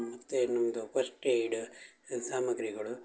ಮತ್ತು ನಿಮ್ಮದು first aid ಸಾಮಗ್ರಿಗಳು